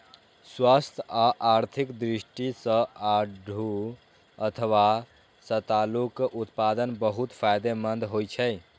स्वास्थ्य आ आर्थिक दृष्टि सं आड़ू अथवा सतालूक उत्पादन बहुत फायदेमंद होइ छै